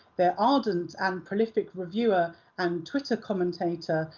their ardent and prolific reviewer and twitter commentator,